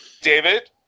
David